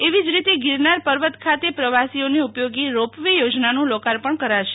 એવી જ રીતે ગીરનાર પર્વત ખાતે પ્રવાસીઓને ઉપયોગી રોપ વે યોજનાનું લોકાર્પણ કરાશે